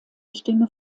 stimme